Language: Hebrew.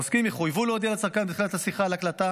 העוסקים יחויבו להודיע לצרכן בתחילת השיחה על ההקלטה